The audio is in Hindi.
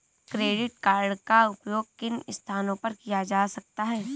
क्रेडिट कार्ड का उपयोग किन स्थानों पर किया जा सकता है?